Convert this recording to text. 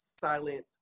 silent